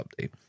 update